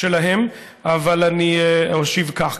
ואני אשיב כך,